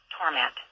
torment